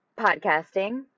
podcasting